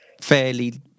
fairly